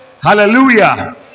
hallelujah